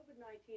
COVID-19